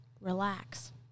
Relax